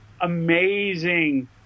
amazing